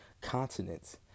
continents